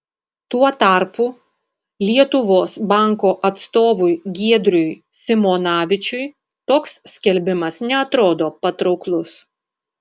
tuo tarpu lietuvos banko atstovui giedriui simonavičiui toks skelbimas neatrodo patrauklus